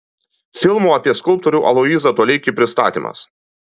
filmo apie skulptorių aloyzą toleikį pristatymas